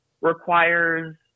requires